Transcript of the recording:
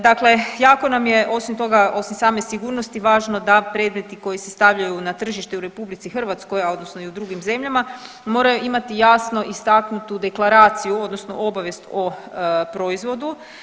Dakle, jako nam je osim toga, osim same sigurnosti važno da predmeti koji se stavljaju na tržište u RH, a odnosno i u drugim zemljama moraju imati jasno istaknutu deklaraciju odnosno obavijest o proizvodu.